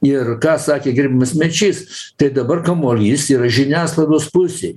ir ką sakė gerbiamas mečys tai dabar kamuolys yra žiniasklaidos pusėj